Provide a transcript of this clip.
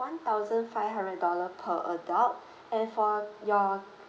one thousand five hundred dollar per adult and for your